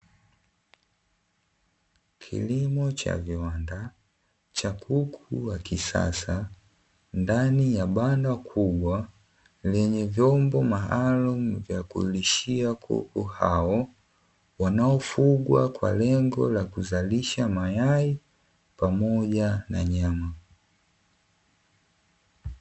Kilimo cha viwanda cha kuku wa kisasa ndani ya banda kubwa lenye vyombo maalum vya kulishia kuku hao, wanaofungwa kwa lengo la kuzalisha mayai pamoja na nyama.